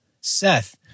Seth